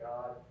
God